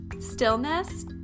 stillness